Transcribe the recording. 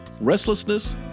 restlessness